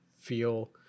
feel